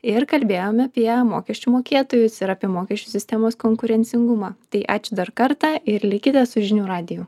ir kalbėjom apie mokesčių mokėtojus ir apie mokesčių sistemos konkurencingumą tai ačiū dar kartą ir likite su žinių radiju